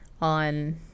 on